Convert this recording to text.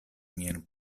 mian